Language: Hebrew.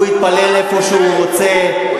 הוא יתפלל איפה שהוא רוצה,